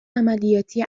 عملیاتی